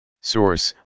Source